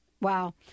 wow